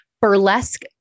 burlesque